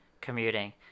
commuting